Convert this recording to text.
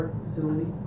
facility